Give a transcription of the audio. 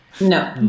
No